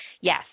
Yes